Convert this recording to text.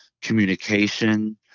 communication